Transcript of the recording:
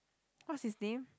what's his name